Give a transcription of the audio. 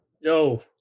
Yo